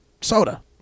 soda